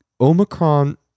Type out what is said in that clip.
Omicron